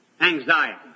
anxiety